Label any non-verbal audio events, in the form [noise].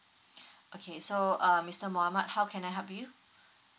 [breath] okay so uh mister mohammad how can I help you